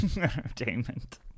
entertainment